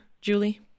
Julie